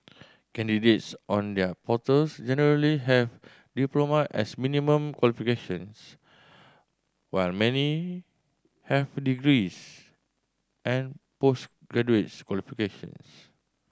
candidates on their portals generally have diploma as minimum qualifications while many have degrees and post graduates qualifications